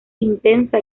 intensa